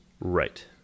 right